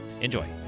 enjoy